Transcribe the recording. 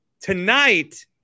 tonight